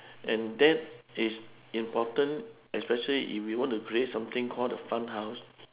and that is important especially if you want to create something call the fun house